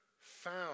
found